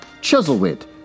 Chuzzlewit